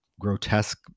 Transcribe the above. grotesque